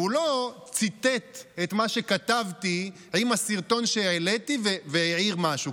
והוא לא ציטט את מה שכתבתי עם הסרטון שהעליתי והעיר משהו.